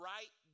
Right